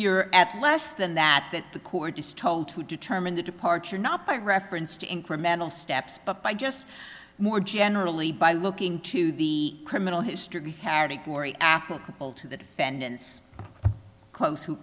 you're at less than that that the court is told to determine the departure not by reference to incremental steps but by just more generally by looking to the criminal history heretick glory applicable to the defendant's close who